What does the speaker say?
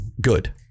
good